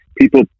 People